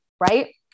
right